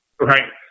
right